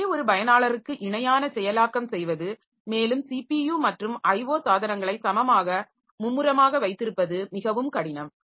ஒரே ஒரு பயனாளருக்கு இணையான செயலாக்கம் செய்வது மேலும் சிபியு மற்றும் IO சாதனங்களை சமமாக மும்முரமாக வைத்திருப்பது மிகவும் கடினம்